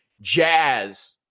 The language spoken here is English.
Jazz